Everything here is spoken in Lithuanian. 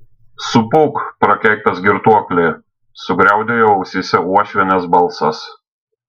supūk prakeiktas girtuokli sugriaudėjo ausyse uošvienės balsas